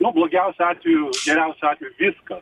nu blogiausiu atveju geriausiu atveju viskas